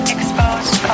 Exposed